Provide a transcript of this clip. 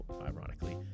ironically